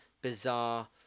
bizarre